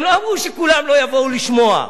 הם לא אמרו שכולם לא יבואו לשמוע,